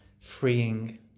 freeing